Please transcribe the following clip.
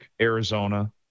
Arizona